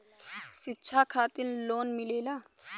शिक्षा खातिन लोन मिलेला?